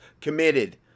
committed